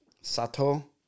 Sato